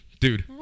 Dude